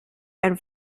and